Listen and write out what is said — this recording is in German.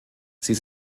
sie